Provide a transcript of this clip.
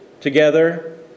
together